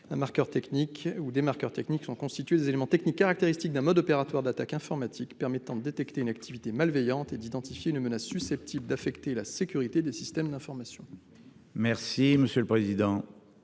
du marqueur technique : il s'agirait ainsi des « éléments techniques caractéristiques d'un mode opératoire d'attaque informatique permettant de détecter une activité malveillante et d'identifier une menace susceptible d'affecter la sécurité des systèmes d'information ». Quel est